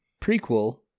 prequel